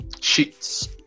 Sheets